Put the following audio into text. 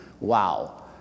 Wow